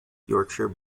yorkshire